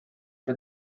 for